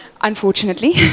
unfortunately